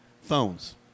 phones